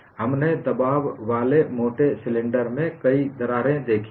हमने दबाव वाले मोटे सिलेंडर में कई दरारें देखी हैं